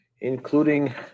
Including